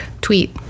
tweet